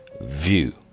view